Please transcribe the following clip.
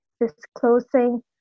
disclosing